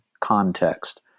context